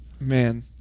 man